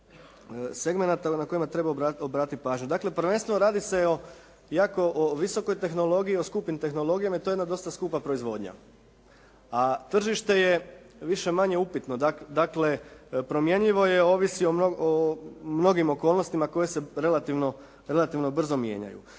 segmenata na koje treba obratiti pažnju. Dakle prvenstveno radi se o jako, o visokoj tehnologiji, o skupim tehnologijama i to je jedna dosta skupa proizvodnja. A tržište je više-manje upitno. Dakle promjenjivo je. Ovisi o mnogim okolnostima koje se relativno brzo mijenjaju.